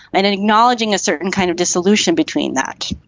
and and acknowledging a certain kind of dissolution between that.